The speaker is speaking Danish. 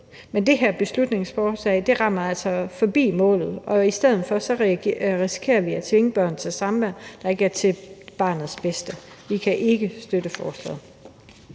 Men det her beslutningsforslag rammer altså forbi målet, og vi kommer i stedet til at risikere at tvinge børn til samvær, der ikke er til barnets bedste. Vi kan ikke støtte forslaget.